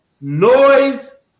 noise